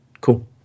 Cool